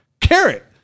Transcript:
Carrot